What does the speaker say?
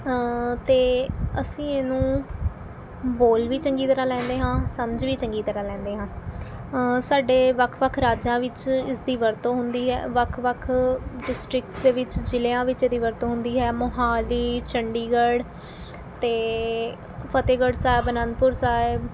ਅਤੇ ਅਸੀਂ ਇਹਨੂੰ ਬੋਲ ਵੀ ਚੰਗੀ ਤਰ੍ਹਾਂ ਲੈਂਦੇ ਹਾਂ ਸਮਝ ਵੀ ਚੰਗੀ ਤਰ੍ਹਾਂ ਲੈਂਦੇ ਹਾਂ ਸਾਡੇ ਵੱਖ ਵੱਖ ਰਾਜਾਂ ਵਿੱਚ ਇਸਦੀ ਵਰਤੋਂ ਹੁੰਦੀ ਹੈ ਵੱਖ ਵੱਖ ਡਿਸਟਰਿਕਟਸ ਦੇ ਵਿੱਚ ਜ਼ਿਲਿਆਂ ਵਿੱਚ ਇਹਦੀ ਵਰਤੋਂ ਹੁੰਦੀ ਹੈ ਮੋਹਾਲੀ ਚੰਡੀਗੜ੍ਹ ਅਤੇ ਫਤਹਿਗੜ੍ਹ ਸਾਹਿਬ ਅਨੰਦਪੁਰ ਸਾਹਿਬ